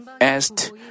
asked